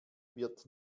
wird